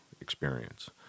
experience